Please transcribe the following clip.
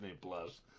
Plus